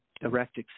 direct